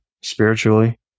spiritually